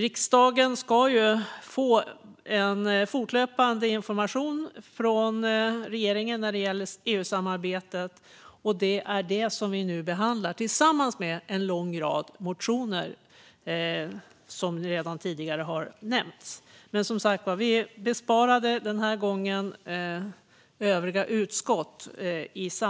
Riksdagen ska få fortlöpande information från regeringen när det gäller EU-samarbetet, som vi nu behandlar tillsammans med en lång rad motioner, vilket tidigare har nämnts. Men, som sagt, denna gång har vi i samråd med övriga utskott kommit överens